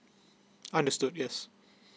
understood yes